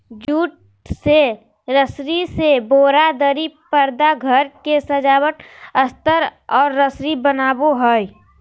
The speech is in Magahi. जूट से रस्सी से बोरा, दरी, परदा घर के सजावट अस्तर और रस्सी बनो हइ